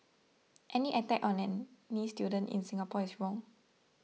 any attack on any student in Singapore is wrong